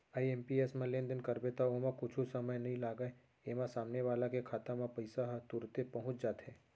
IMPS म लेनदेन करबे त ओमा कुछु समय नइ लागय, एमा सामने वाला के खाता म पइसा ह तुरते पहुंच जाथे